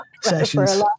sessions